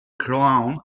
clown